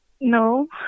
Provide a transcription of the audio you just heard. No